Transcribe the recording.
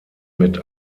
mit